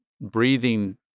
breathing